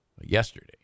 yesterday